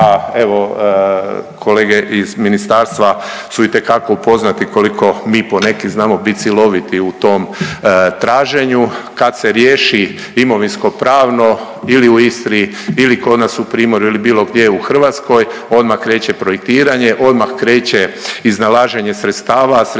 evo kolege iz ministarstva su itekako upoznati koliko mi poneki znamo bit siloviti u tom traženju. Kad se riješi imovinsko-pravno ili u Istri ili kod nas u primorju ili bilo gdje u Hrvatskoj odmah kreće projektiranje, odmah kreće iznalaženje sredstava, a sredstava